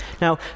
Now